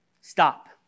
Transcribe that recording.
Stop